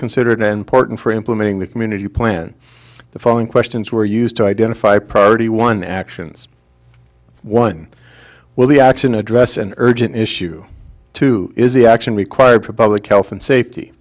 considered and porton for implementing the community plan the following questions were used to identify priority one actions one will the action address an urgent issue two is the action required for public health and safety